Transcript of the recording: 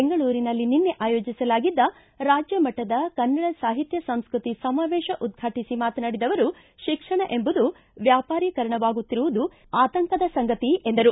ಬೆಂಗಳೂರಿನಲ್ಲಿ ನಿನ್ನೆ ಆಯೋಜಿಸಲಾಗಿದ್ದ ರಾಜ್ಯಮಟ್ಟದ ಕನ್ನಡ ಸಾಹಿತ್ಯ ಸಂಸ್ಕೃತಿ ಸಮಾವೇಶ ಉದ್ವಾಟಿಸಿ ಮಾತನಾಡಿದ ಅವರು ಶಿಕ್ಷಣ ಎಂಬುದು ವ್ಯಾಪಾರೀಕರಣವಾಗುತ್ತಿರುವುದು ಆತಂಕದ ಸಂಗತಿ ಎಂದರು